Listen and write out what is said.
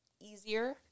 easier